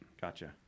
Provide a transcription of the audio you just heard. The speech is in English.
Gotcha